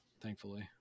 thankfully